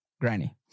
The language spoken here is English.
granny